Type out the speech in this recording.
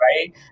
right